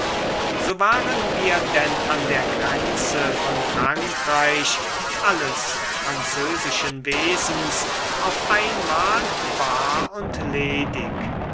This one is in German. so waren wir denn an der grenze von frankreich alles französischen wesens auf einmal bar und ledig